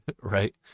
right